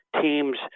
teams